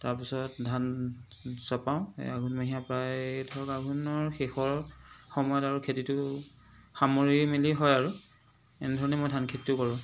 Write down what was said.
তাৰ পিছত ধান চপাওঁ আঘোণ মহীয়া প্ৰায় ধৰক আঘোণৰ শেষৰ সময়ত আৰু খেতিটো সামৰি মেলি হয় আৰু এনেধৰণেই মই ধান খেতিও কৰোঁ